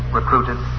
recruited